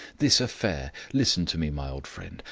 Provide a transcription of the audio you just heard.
this affair. listen to me, my old friend.